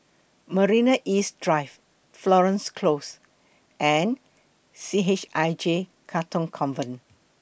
Marina East Drive Florence Close and C H I J Katong Convent